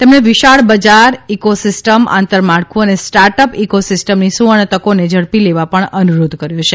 તેમણે વિશાળ બજાર ઇક્રોસિસ્ટમ આંતરમાળખું ને સ્ટાર્ટ પ ઇકો સિસ્ટમની સુવર્ણતકોને ઝડપી લેવા પણ નુરોધ કર્યો છે